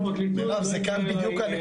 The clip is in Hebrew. מירב, זה כאן בדיוק הנקודה.